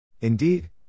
Indeed